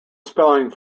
spelling